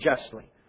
justly